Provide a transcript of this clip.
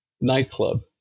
Nightclub